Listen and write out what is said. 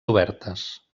obertes